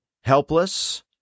helpless